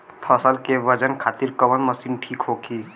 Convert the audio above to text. फसल के वजन खातिर कवन मशीन ठीक होखि?